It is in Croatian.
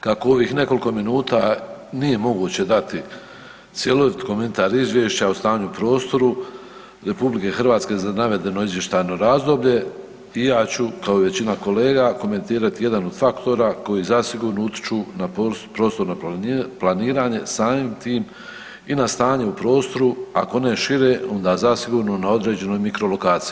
Kako ovih nekoliko minuta nije moguće dati cjelovit komentar Izvješća o stanju u prostoru RH za navedeno izvještajno razdoblje, ja ću kao i većina kolega komentirati jedan od faktora koji zasigurno utječu na prostorno planiranje samim tim i na stanje u prostoru, ako ne šire onda zasigurno na određenoj mikro lokaciji.